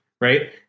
right